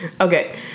okay